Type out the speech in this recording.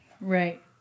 Right